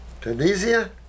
Tunisia